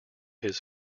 his